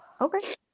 Okay